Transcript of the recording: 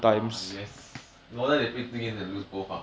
ah yes no wonder they play two games they lose both ah